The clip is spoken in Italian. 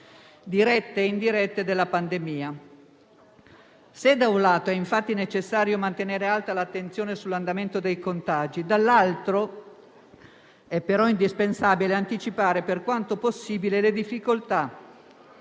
dirette e indirette della pandemia. Se da un lato è, infatti, necessario mantenere alta l'attenzione sull'andamento dei contagi, dall'altro è però indispensabile anticipare, per quanto possibile, le difficoltà